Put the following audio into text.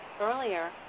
earlier